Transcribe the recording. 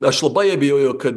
aš labai abejoju kad